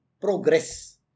progress